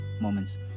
moments